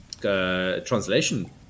translation